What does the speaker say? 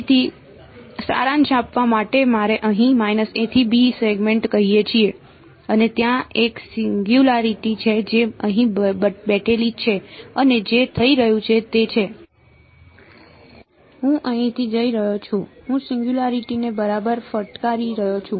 તેથી સારાંશ આપવા માટે મારે અહીં a થી b સેગમેન્ટ કહીએ છીએ અને ત્યાં એક સિંગયુંલારીટી છે જે અહીં બેઠેલી છે અને જે થઈ રહ્યું છે તે છે હું અહીંથી જઈ રહ્યો છું હું સિંગયુંલારીટી ને બરાબર ફટકારી રહ્યો છું